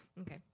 okay